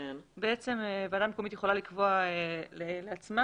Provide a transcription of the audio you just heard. היא יכולה לקבוע לעצמה,